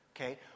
okay